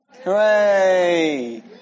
Hooray